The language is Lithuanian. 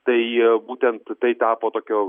tai būtent tai tapo tokio